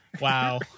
wow